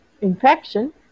Infection